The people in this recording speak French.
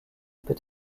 peut